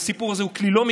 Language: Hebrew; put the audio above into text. והסיפור הזה הוא לא מקצועי,